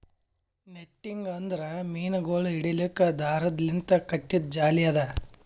netting ಅಂದುರ್ ಮೀನಗೊಳ್ ಹಿಡಿಲುಕ್ ದಾರದ್ ಲಿಂತ್ ಕಟ್ಟಿದು ಜಾಲಿ ಅದಾ